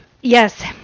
Yes